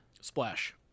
Splash